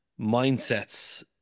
mindsets